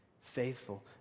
Faithful